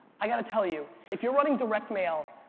i got to tell you, if you're running direct mail,